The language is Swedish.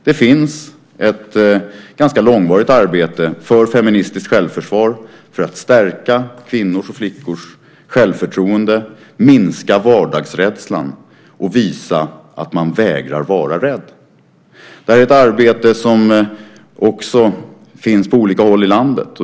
Det finns ett ganska långvarigt arbete för feministiskt självförsvar, för att stärka flickors och kvinnors självförtroende, minska vardagsrädslan och visa att man vägrar vara rädd. Det är ett arbete som finns på olika håll i landet.